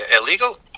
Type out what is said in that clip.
illegal